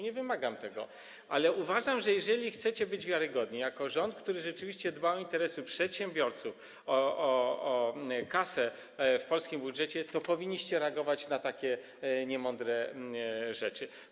Nie wymagam tego, ale uważam, że jeżeli chcecie być wiarygodni jako rząd, który rzeczywiście dba o interesy przedsiębiorców, o kasę w polskim budżecie, to powinniście reagować na takie niemądre rzeczy.